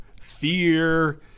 fear